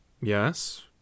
Yes